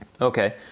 Okay